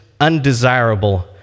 undesirable